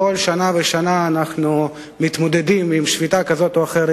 שנה ושנה אנחנו מתמודדים עם שביתה כזאת או אחרת,